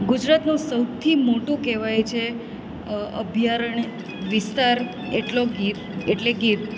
ગુજરાતનું સૌથી મોટું કહેવાય છે અભ્યારણ્ય વિસ્તાર એટલો ગીર એટલે ગીર